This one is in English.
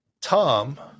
Tom